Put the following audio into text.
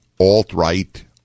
alt-right